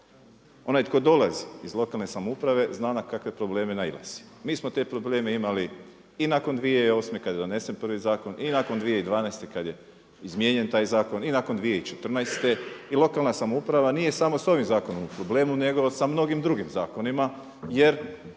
Onaj tko dolazi iz lokalne samouprave zna na kakve probleme nailazi. Mi smo te probleme imali i nakon 2008. kada je donesen prvi zakon i nakon 2012. kada je izmijenjen taj zakon i nakon 2014. i lokalna samouprava nije samo s ovim zakonom u problemu nego sa mnogim drugim zakonima jer